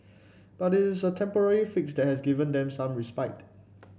but it is a temporary fix that has given them some respite